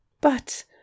But—